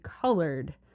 colored